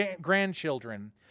grandchildren